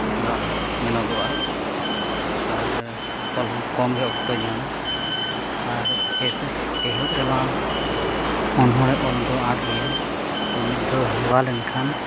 ᱠᱟᱛᱷᱟ ᱢᱮᱱᱚᱜᱚᱜᱼᱟ ᱟᱨ ᱚᱞᱦᱚᱸ ᱠᱚᱢᱜᱮ ᱚᱠᱛᱚᱭ ᱧᱟᱢᱟ ᱟᱨ ᱮᱦᱚᱵ ᱨᱮᱢᱟ ᱚᱱᱚᱲᱦᱮ ᱚᱞ ᱫᱚ ᱟᱸᱴ ᱜᱮᱭᱟ ᱫᱚ ᱢᱤᱫ ᱫᱷᱟᱹᱣ ᱦᱮᱣᱟ ᱞᱮᱱᱠᱷᱟᱱ